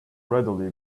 readily